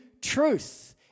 truth